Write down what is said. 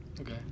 Okay